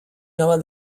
nobel